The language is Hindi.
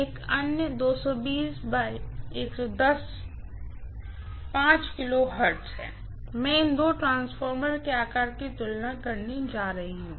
एक अन्य है मैं इन दो ट्रांसफार्मर के आकार की तुलना करने जा रही हूँ